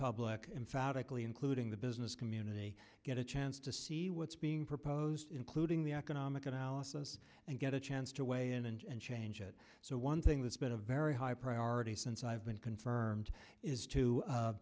public emphatically including the business community get a chance to see what's being proposed including the economic analysis and get a chance to weigh in and change it so one thing that's been a very high priority since i've been confirmed is to